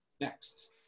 Next